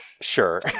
Sure